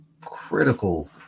critical